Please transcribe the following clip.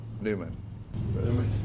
Newman